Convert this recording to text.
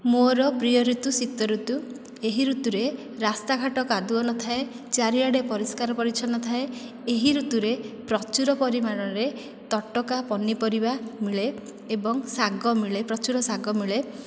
ମୋର ପ୍ରିୟ ଋତୁ ଶୀତ ଋତୁ ଏହି ଋତୁରେ ରାସ୍ତାଘାଟ କାଦୁଅ ନଥାଏ ଚାରିଆଡ଼େ ପରିଷ୍କାର ପରିଚ୍ଛନ୍ନ ଥାଏ ଏହି ଋତୁରେ ପ୍ରଚୁର ପରିମାଣରେ ତଟକା ପନିପରିବା ମିଳେ ଏବଂ ଶାଗ ମିଳେ ପ୍ରଚୁର ଶାଗ ମିଳେ